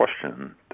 question